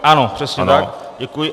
Ano, přesně tak, děkuji.